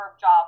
job